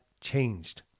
changed